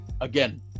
again